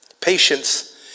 Patience